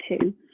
two